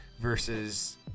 versus